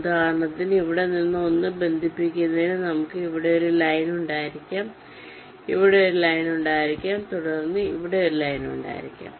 ഉദാഹരണത്തിന് ഇവിടെ നിന്ന് 1 ബന്ധിപ്പിക്കുന്നതിന് നമുക്ക് ഇവിടെ ഒരു ലൈൻ ഉണ്ടായിരിക്കാം നമുക്ക് ഇവിടെ ഒരു ലൈൻ ഉണ്ടായിരിക്കാം തുടർന്ന് നമുക്ക് ഇവിടെ ഒരു ലൈൻ ഉണ്ടായിരിക്കാം